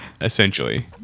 essentially